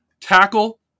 Tackle